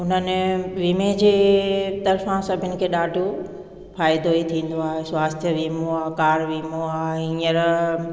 हुननि वीमे जे तरफ़ा सभिनि खे ॾाढो फ़ाइदो ई थींदो आहे स्वास्थ्य वीमो आहे कार वीमो आहे हीअंर